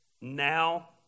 now